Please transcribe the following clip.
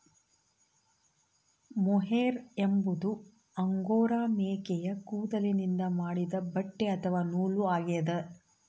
mohair ಎಂಬುದು angora ಮೇಕೆಯ ಕೂದಲಿನಿಂದ ಮಾಡಿದ ಬಟ್ಟೆ ಅಥವಾ ನೂಲು ಆಗ್ಯದ